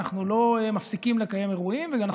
לשקול,